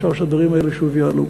אפשר שהדברים האלה שוב יעלו.